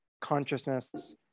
Consciousness